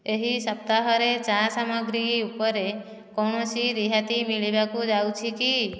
ଏହି ସପ୍ତାହରେ ଚା' ସାମଗ୍ରୀ ଉପରେ କୌଣସି ରିହାତି ମିଳିବାକୁ ଯାଉଛି କି